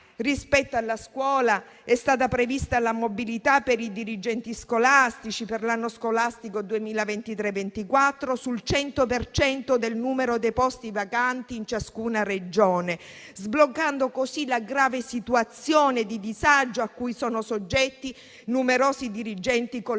Rispetto alla scuola, è stata prevista per i dirigenti scolastici la mobilità, per l'anno scolastico 2023-24, sul 100 per cento del numero dei posti vacanti in ciascuna Regione, sbloccando così la grave situazione di disagio cui sono soggetti numerosi dirigenti collocati